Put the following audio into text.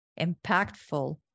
impactful